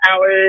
hours